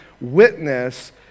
witness